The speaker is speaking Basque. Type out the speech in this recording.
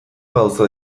gauza